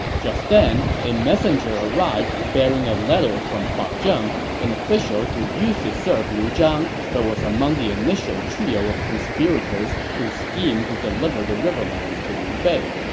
just then, a messenger arrived bearing a letter from fa ah zheng, an official who used to serve liu zhang but was among the initial trio of conspirators who schemed to deliver the riverlands to liu bei.